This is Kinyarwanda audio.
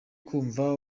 kumva